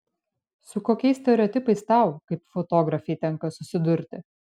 su kokiais stereotipais tau kaip fotografei tenka susidurti